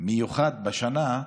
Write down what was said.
מיוחד בשנה,